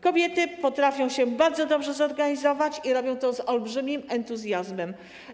Kobiety potrafią się bardzo dobrze zorganizować i robią to z olbrzymim entuzjazmem.